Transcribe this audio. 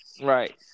Right